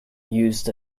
used